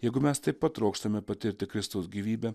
jeigu mes taip pat trokštame patirti kristaus gyvybę